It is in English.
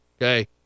Okay